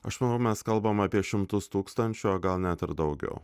aš manau mes kalbam apie šimtus tūkstančių o gal net ir daugiau